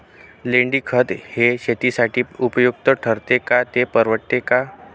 लेंडीखत हे शेतीसाठी उपयुक्त ठरेल का, ते परवडेल का?